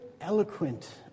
eloquent